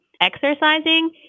exercising